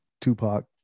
Tupac